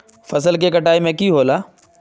फसल के कटाई में की होला?